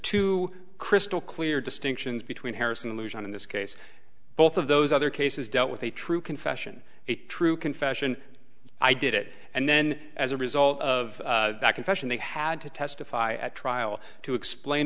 to crystal clear distinctions between harrison allusion in this case both of those other cases dealt with a true confession a true confession i did it and then as a result of that confession they had to testify at trial to explain